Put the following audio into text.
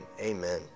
Amen